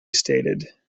stated